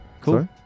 cool